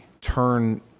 turn